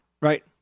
Right